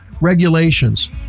regulations